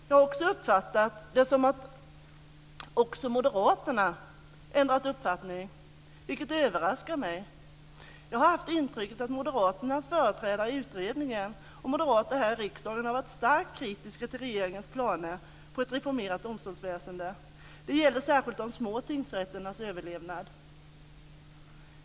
Jag har också uppfattat det som att Moderaterna har ändrat uppfattning, vilket överraskar mig. Jag har haft intrycket att Moderaternas företrädare i utredningen och moderater här i riksdagen har varit starkt kritiska till regeringens planer på ett reformerat domstolsväsende. Det gäller särskilt de små tingsrätternas överlevnad.